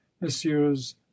messieurs